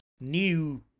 new